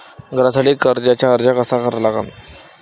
घरासाठी कर्जाचा अर्ज कसा करा लागन?